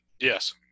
Yes